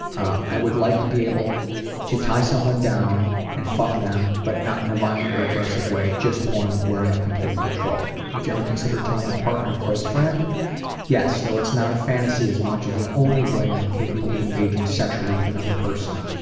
ah i would like to be able to tie someone down and fuck them, but not in a violent or aggressive way, just one where i have complete control. would you ever consider telling a partner or close friend yes. though it's not a fantasy as much as the only way i'm capable of engaging sexually with another person.